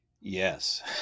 Yes